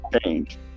change